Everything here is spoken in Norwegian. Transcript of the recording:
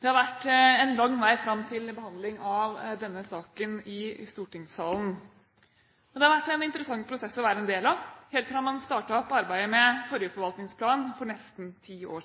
Det har vært en lang vei fram til behandling av denne saken i stortingssalen. Det har vært en interessant prosess å være en del av – helt fra man startet arbeidet med forrige forvaltningsplan for nesten ti år